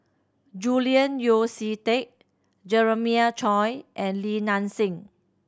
Julian Yeo See Teck Jeremiah Choy and Li Nanxing